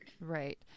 Right